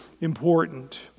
important